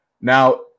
Now